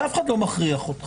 אף אחד לא מכריח אותך,